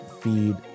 feed